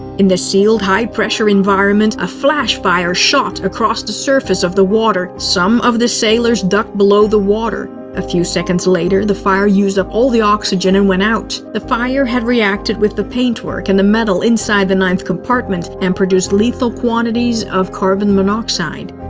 in the sealed, high-pressure environment, a flash fire shot across the surface of the water. some of the sailors ducked below the water. a few seconds later, the fire used up all the oxygen and went out. the fire had reacted with the paintwork and the metal inside the ninth compartment and produced lethal quantities of carbon monoxide.